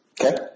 Okay